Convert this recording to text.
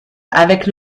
avec